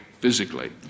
physically